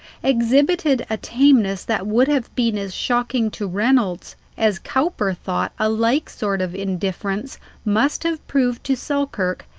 exhibited a tameness that would have been as shocking to reynolds as cowper thought a like sort of indifference must have proved to selkirk,